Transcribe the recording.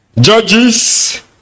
Judges